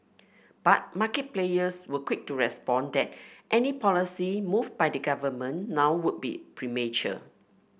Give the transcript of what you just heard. but market players were quick to respond that any policy move by the government now would be premature